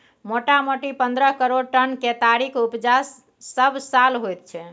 मोटामोटी पन्द्रह करोड़ टन केतारीक उपजा सबसाल होइत छै